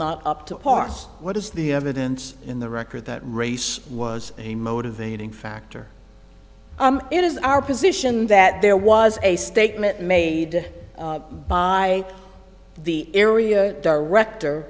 not up to par what is the evidence in the record that race was a motivating factor it is our position that there was a statement made by the area director